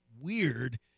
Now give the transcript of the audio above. weird